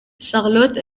charlotte